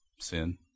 Sin